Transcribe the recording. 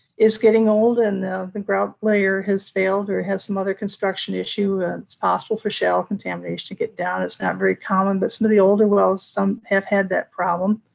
getting old and the grout layer has failed or has some other construction issue it's possible for shallow contamination to get down. it's not very common, but some of the older wells, some have had that problem,